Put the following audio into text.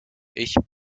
ich